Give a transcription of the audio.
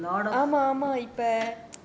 a lot of